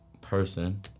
person